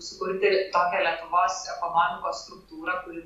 sukurti tokią lietuvos ekonomikos struktūrą kuri